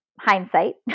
Hindsight